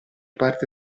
parte